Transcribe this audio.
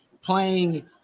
playing